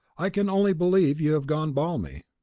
i can only believe you have gone balmy.